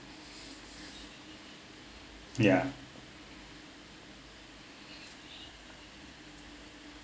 ya